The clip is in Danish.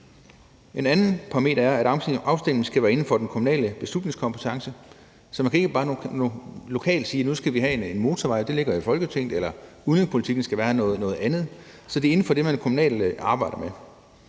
En anden parameter er, at afstemningen skal være inden for den kommunale beslutningskompetence, så man ikke bare lokalt kan sige, at nu skal vi have en motorvej, eller at udenrigspolitikken skal være noget andet; det ligger i Folketinget. Så det er inden for det, man kommunalt arbejder med.